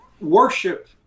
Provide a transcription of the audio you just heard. worship